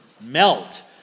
melt